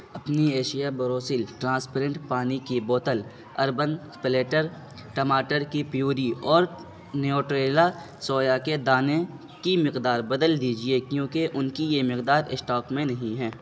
اپنی اشیاء بروسل ٹرانسپرنٹ پانی کی بوتل اربن پلیٹر ٹماٹر کی پیوری اور نیوٹریلا سویا کے دانے کی مقدار بدل دیجیے کیونکہ ان کی یہ مقدار اسٹاک میں نہیں ہے